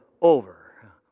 over